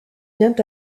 vient